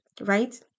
right